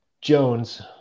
Jones